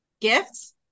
gifts